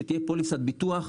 שתתהיה פוליסת ביטוח,